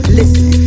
listen